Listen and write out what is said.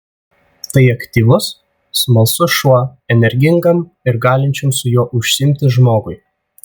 tai aktyvus smalsus šuo energingam ir galinčiam su juo užsiimti žmogui